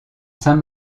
saint